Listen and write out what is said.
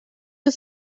you